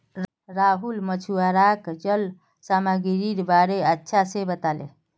राहुल मछुवाराक जल सामागीरीर बारे अच्छा से बताले